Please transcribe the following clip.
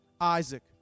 Isaac